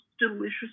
delicious